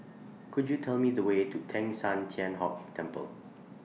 Could YOU Tell Me The Way to Teng San Tian Hock Temple